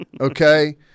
Okay